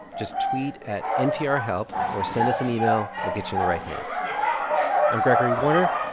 just tweet at nprhelp or send us an email. we'll get you in the right hands i'm gregory warner,